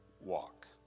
walk